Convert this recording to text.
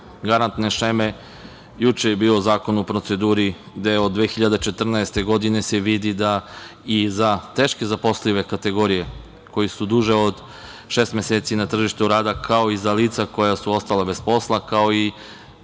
garantne šeme, juče je bio zakon u proceduri gde se od 2014. godine vidi da i teško zapošljive kategorije, koji su duže od šest meseci na tržištu rada, kao i za lica koja su ostala bez posla, kao i